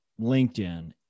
LinkedIn